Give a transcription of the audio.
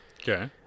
Okay